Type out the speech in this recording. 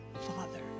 Father